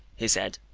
he said,